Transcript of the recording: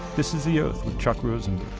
this is the oath with chuck rosenberg.